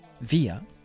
via